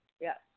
Yes